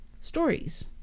Stories